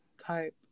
type